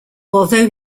although